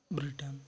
Britain